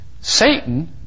Satan